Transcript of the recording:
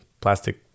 plastic